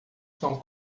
são